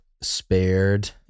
spared